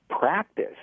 practice